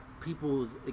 people's